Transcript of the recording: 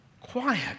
Quiet